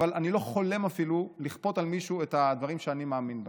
אבל אני לא חולם אפילו לכפות על מישהו את הדברים שאני מאמין בהם.